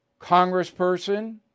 congressperson